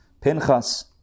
Pinchas